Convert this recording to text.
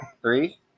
Three